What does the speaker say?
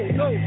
no